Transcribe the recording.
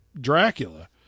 dracula